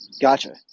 Gotcha